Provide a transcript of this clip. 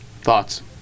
Thoughts